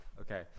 okay